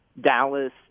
Dallas